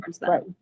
right